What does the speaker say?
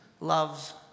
loves